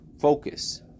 focus